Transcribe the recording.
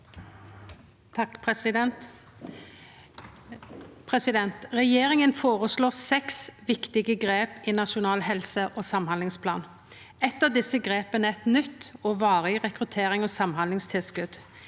(A) Regjeringa føre- slår seks viktige grep i Nasjonal helse- og samhandlingsplan. Eit av desse grepa er eit nytt og varig rekrutterings- og samhandlingstilskot.